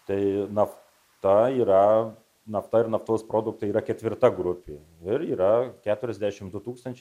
tai nafta yra nafta ir naftos produktai yra ketvirta grupė ir yra keturiasdešimt du tūkstančiai